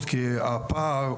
התכנית.